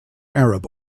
arab